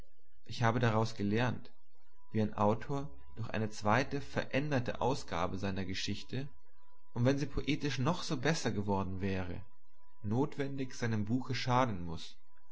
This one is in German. ich habe daraus gelernt wie ein autor durch eine zweite veränderte ausgabe seiner geschichte und wenn sie poetisch noch so besser geworden wäre notwendig seinem buche schaden muß